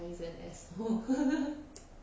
but he is an asshole